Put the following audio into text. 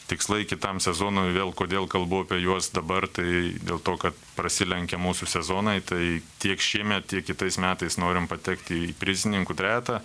tikslai kitam sezonui vėl kodėl kalbu apie juos dabar tai dėl to kad prasilenkia mūsų sezonai tai tiek šiemet tiek kitais metais norim patekti į prizininkų trejetą